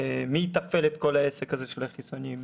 מי יתפעל את כל העסק הזה של החיסונים?